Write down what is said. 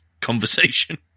conversation